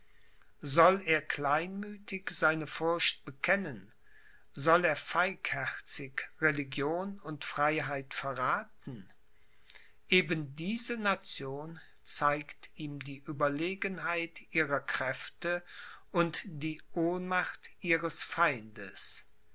soll er kleinmüthig seine furcht bekennen soll er feigherzig religion und freiheit verrathen eben diese nation zeigt ihm die ueberlegenheit ihrer kräfte und die ohnmacht ihres feindes